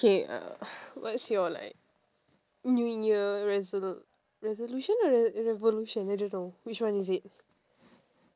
okay uh what's your like new year resolu~ resolution or revolution I don't know which one is it